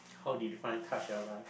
how do you define touch their life